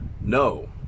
no